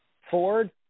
Ford